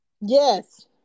Yes